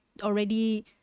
already